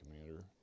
commander